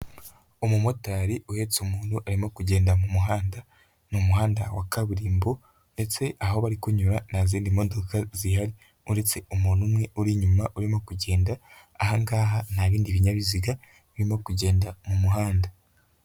Umumotari uheretse umuntu arimo kugenda mu muhanda ni umuhanda wa kaburimbo ndetse aho bari kunyura nta zindi modoka zihari, uretse umuntu umwe uri inyuma urimo kugenda aha ngaha nta bindi binyabiziga birimo kugenda mu muhanda.